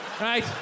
right